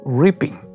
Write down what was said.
reaping